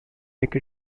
make